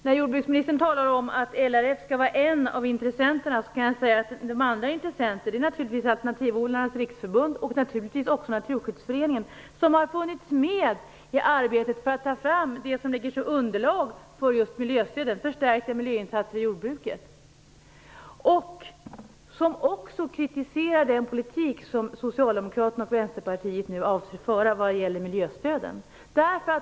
När jordbruksministern talar om att LRF skall vara en av intressenterna kan jag säga att de andra intressenterna naturligtvis är Alternativodlarnas riksförbund och Naturskyddsföreningen, som har funnits med i arbetet för att ta fram underlaget för miljöstöden och förstärkta miljöinsatser i jordbruket, och som också kritiserat den politik som Socialdemokraterna och Vänsterpartiet nu avser att föra vad gäller miljöstöden.